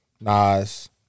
Nas